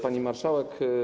Pani Marszałek!